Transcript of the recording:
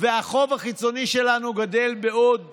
והחוב החיצוני שלנו גדל בעוד